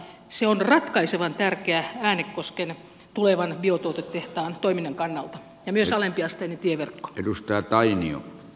se on ratkaisevan tärkeä äänekosken tulevan biotuotetehtaan toiminnan kannalta samoin kuin alempiasteinen tieverkko